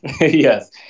Yes